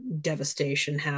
devastation